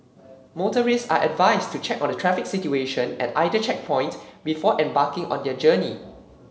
motorists are advised to check on the traffic situation at either checkpoint before embarking on their journey